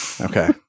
Okay